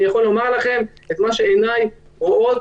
אני יכול לומר לכם את מה שעיני רואות,